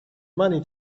money